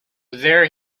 there